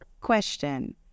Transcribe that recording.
question